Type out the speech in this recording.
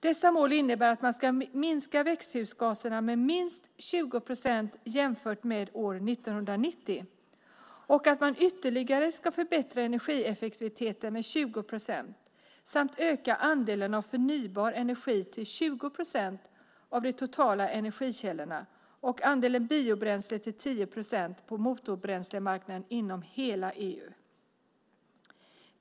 Dessa mål innebär att man ska minska växthusgaserna med minst 20 procent jämfört med år 1990 och att man ytterligare ska förbättra energieffektiviteten med 20 procent samt öka andelen av förnybar energi till 20 procent av de totala energikällorna och andelen biobränsle till 10 procent på motorbränslemarknaden inom hela EU.